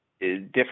different